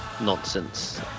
nonsense